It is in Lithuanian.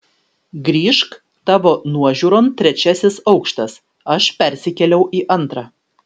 grįžk tavo nuožiūron trečiasis aukštas aš persikėliau į antrą